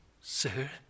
Sir